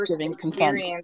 consent